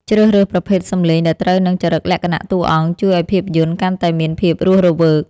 ជ្រើសរើសប្រភេទសំឡេងដែលត្រូវនឹងចរិតលក្ខណៈតួអង្គជួយឱ្យភាពយន្តកាន់តែមានភាពរស់រវើក។